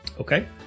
Okay